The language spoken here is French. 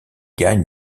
gagne